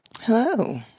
Hello